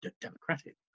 democratic